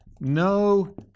no